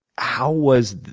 how was